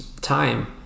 time